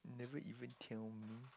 never even tell me